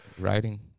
writing